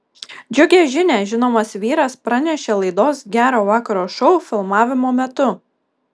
džiugią žinią žinomas vyras pranešė laidos gero vakaro šou filmavimo metu